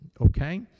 Okay